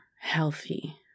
healthy